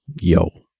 yo